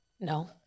No